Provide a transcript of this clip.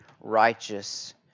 righteous